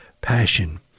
passion